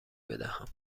بدهم